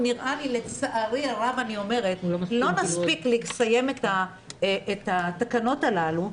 לצערי הרב לא נספיק לסיים את התקנות הללו.